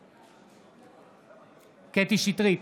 משתתף בהצבעה קטי קטרין שטרית,